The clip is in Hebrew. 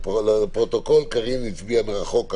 לפרוטוקול קארין הצביעה מרחוק,